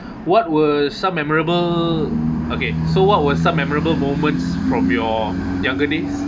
what were some memorable okay so what were some memorable moments from your younger days